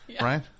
Right